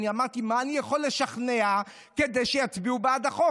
אני אמרתי: במה אני יכול לשכנע כדי שיצביעו בעד החוק?